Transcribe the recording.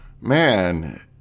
man